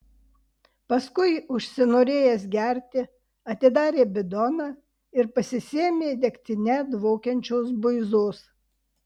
paskui užsinorėjęs gerti atidarė bidoną ir pasisėmė degtine dvokiančios buizos